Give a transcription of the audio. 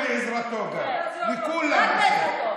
וגם בעזרתו.